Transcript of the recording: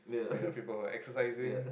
you have people who are exercising